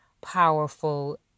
powerful